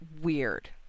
weird